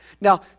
Now